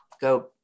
go